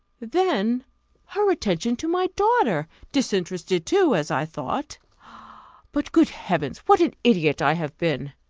then her attention to my daughter! disinterested, too, as i thought but, good heavens, what an idiot i have been!